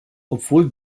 obwohl